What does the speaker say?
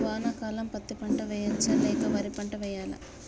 వానాకాలం పత్తి పంట వేయవచ్చ లేక వరి పంట వేయాలా?